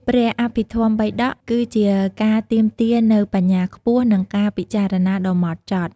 ព្រះអភិធម្មបិដក គឺជាការទាមទារនូវបញ្ញាខ្ពស់ និងការពិចារណាដ៏ហ្មត់ចត់។